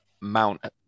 Mount